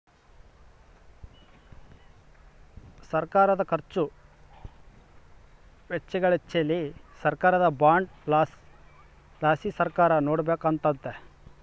ಸರ್ಕಾರುದ ಖರ್ಚು ವೆಚ್ಚಗಳಿಚ್ಚೆಲಿ ಸರ್ಕಾರದ ಬಾಂಡ್ ಲಾಸಿ ಸರ್ಕಾರ ನೋಡಿಕೆಂಬಕತ್ತತೆ